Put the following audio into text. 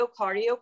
cardio